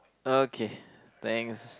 okay thanks